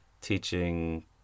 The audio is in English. teaching